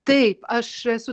taip aš esu